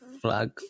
flag